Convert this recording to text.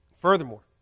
Furthermore